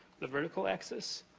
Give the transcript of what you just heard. the vertical axis.